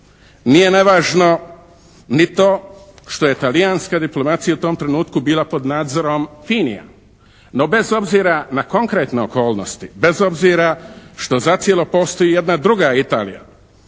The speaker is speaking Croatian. Nije nevažno ni to što je talijanska diplomacija u tom trenutku bila pod nadzorom Finija no bez obzira na konkretne okolnosti, bez obzira što zacijelo postoji jedna druga Italija